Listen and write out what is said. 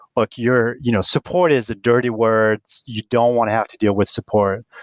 look, your you know support is a dirty word. you don't want to have to deal with support.